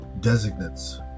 designates